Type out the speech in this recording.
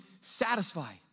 satisfy